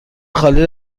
خالی